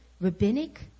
Rabbinic